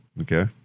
Okay